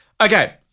Okay